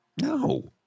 No